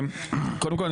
קודם כל,